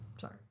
Sorry